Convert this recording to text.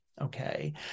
okay